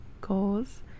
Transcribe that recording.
goals